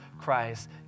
Christ